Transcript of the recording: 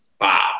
wow